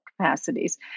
Capacities